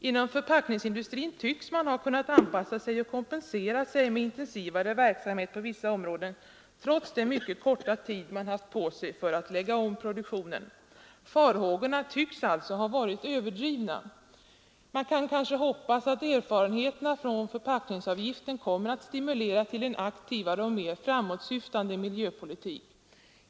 Inom förpackningsindustrin tycks man ha kunnat anpassa sig och kompenserar sig med intensivare verksamhet på vissa områden trots den mycket korta tid man haft på sig för att lägga om produktionen. Farhågorna tycks alltså ha varit överdrivna. Man kanske kan hoppas att förpackningsavgiften kommer att stimulera till en aktivare och mer framåtsyftande miljöpolitik.